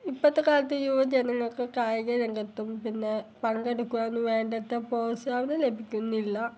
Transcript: ഇപ്പോഴത്തെ കാലത്ത് യുവജനങ്ങൾക്ക് കായിക രംഗത്തും പിന്നെ പങ്കെടുക്കുവാൻ വേണ്ടത്ര പ്രോത്സാഹനം ലഭിക്കുന്നില്ല